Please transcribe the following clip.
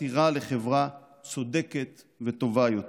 חתירה לחברה צודקת וטובה יותר.